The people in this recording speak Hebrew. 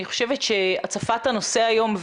אני חושבת שהצפת הנושא היום,